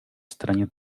straně